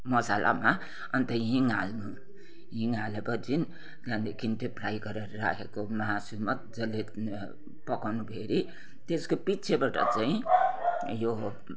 मसालामा अन्त हिंङ हाल्नु हिंङ हालेपछि त्यहाँदेखि त्यो फ्राई गरेर राखेको मासु मज्जाले पकाउनु फेरि त्यसको पछिबाट चाहिँ यो